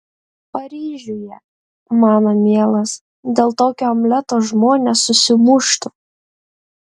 paryžiuje mano mielas dėl tokio omleto žmonės susimuštų